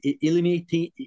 eliminating